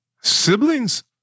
Siblings